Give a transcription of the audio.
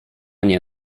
nie